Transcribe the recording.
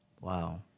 Wow